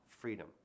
freedom